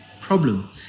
problem